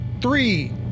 three